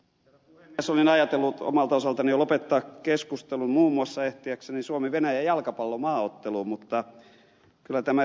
olin ajatellut jo omalta osaltani lopettaa keskustelun muun muassa ehtiäkseni suomivenäjä jalkapallomaaotteluun mutta kyllä tämä ed